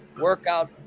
workout